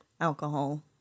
alcohol